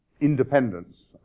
independence